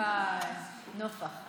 מיצוי הזכויות הוא פחות.